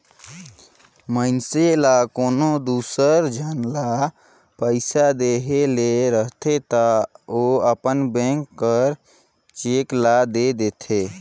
मइनसे ल कोनो दूसर झन ल पइसा देहे ले रहथे ता ओ अपन बेंक कर चेक ल दे देथे